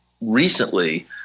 recently